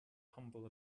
humble